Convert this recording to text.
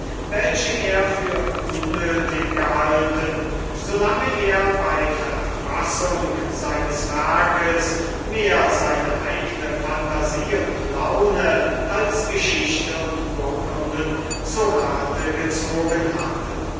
die er für unnötig gehalten hatte so lange er bei verfassung seines werkes mehr seine eigne phantasie und laune als geschichte und urkunden zu rate gezogen hatte